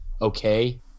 okay